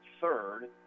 third